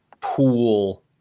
pool